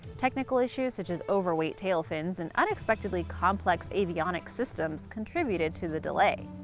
technical issues such as overweight tail fins and unexpectedly complex avionics systems contributed to the delay.